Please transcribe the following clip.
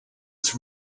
its